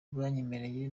banyemereye